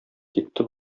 китте